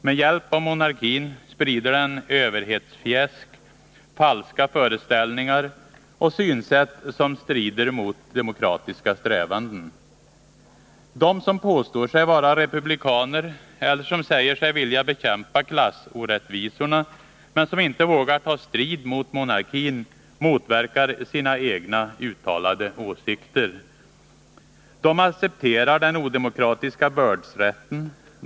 Med hjälp av monarkin sprider den överhetsfjäsk, falska föreställningar och synsätt som strider mot demokratiska strävanden. De som påstår sig vara republikaner eller som säger sig vilja bekämpa klassorättvisorna men som inte vågar ta strid mot monarkin motverkar sina egna uttalade åsikter. De accepterar den odemokratiska bördsrätten.